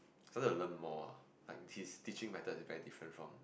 cause I learn more ah like his teaching method is very different from